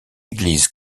église